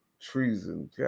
treason